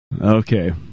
Okay